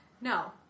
no